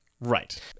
Right